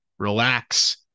relax